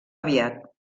aviat